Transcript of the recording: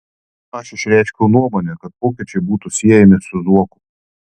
aš išreiškiau nuomonę kad pokyčiai būtų siejami su zuoku